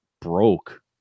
broke